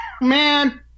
man